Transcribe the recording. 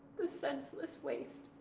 a senseless waste.